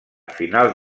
finals